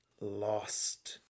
lost